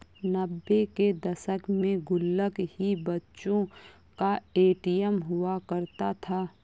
नब्बे के दशक में गुल्लक ही बच्चों का ए.टी.एम हुआ करता था